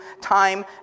time